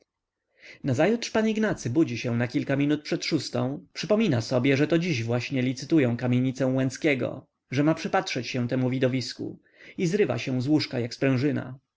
nazajutrz pan ignacy budzi się na kilka minut przed szóstą przypomina sobie że to dziś właśnie licytują kamienicę łęckiego że ma przypatrzeć się temu widowisku i zrywa się z łóżka jak